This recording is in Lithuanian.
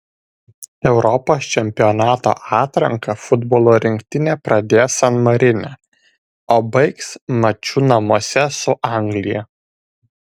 europos čempionato atranką futbolo rinktinė pradės san marine o baigs maču namuose su anglija